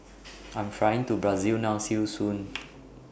I Am Flying to Brazil now See YOU Soon